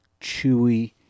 chewy